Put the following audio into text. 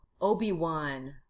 Obi-Wan